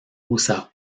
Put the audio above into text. usa